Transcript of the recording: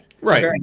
right